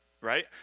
right